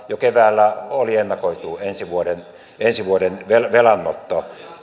jo keväällä oli ennakoitu ensi vuoden ensi vuoden velanotto